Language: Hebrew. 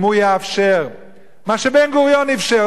אם הוא יאפשר מה שבן-גוריון אפשר,